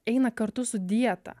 eina kartu su dieta